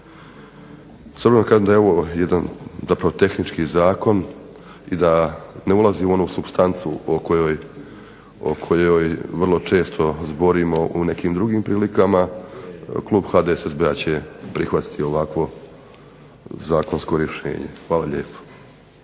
Sada kada je ovo jedan tehnički zakon i da ne ulazi u onu supstancu o kojoj vrlo često zborimo u nekim drugim prilikama Klub HDSSB-a će prihvatiti ovakvo Zakonsko rješenje. Hvala lijepo.